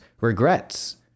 regrets